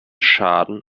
schaden